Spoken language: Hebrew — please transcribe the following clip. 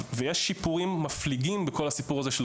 ויש שיפורים מפליגים בכל הסיפור הזה של